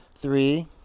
Three